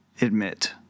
admit